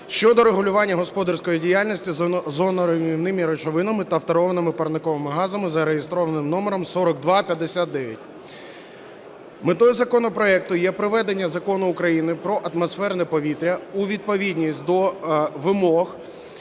щодо регулювання господарської діяльності з озоноруйнівними речовинами та фторованими парниковими газами (за реєстраційним номером 4259). Метою законопроекту є приведення Закону України про атмосферне повітря у відповідність до вимог